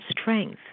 strength